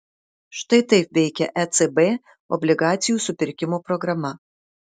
štai taip veikia ecb obligacijų supirkimo programa